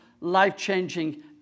life-changing